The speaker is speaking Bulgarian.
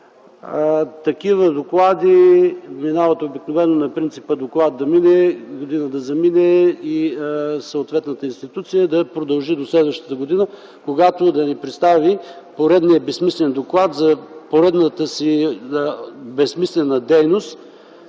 Такива доклади минават обикновено на принципа „доклад да мине, година да замине”. Съответната институция да продължи до следващата година, когато да ни представи поредния безсмислен доклад за поредната си безсмислена дейност